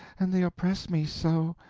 and they oppress me so.